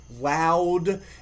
loud